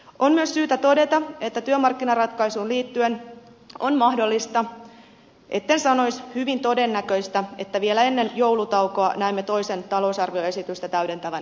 on myös syytä todeta että työmarkkinaratkaisuun liittyen on mahdollista etten sanoisi hyvin todennäköistä että vielä ennen joulutaukoa näemme toisen talousarvioesitystä täydentävän esityksen